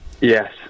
yes